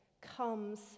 comes